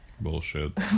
Bullshit